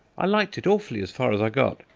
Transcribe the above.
i liked it awfully as far as i got,